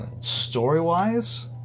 story-wise